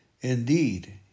Indeed